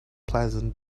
pleasant